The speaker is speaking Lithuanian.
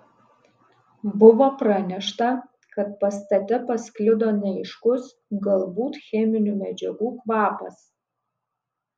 buvo pranešta kad pastate pasklido neaiškus galbūt cheminių medžiagų kvapas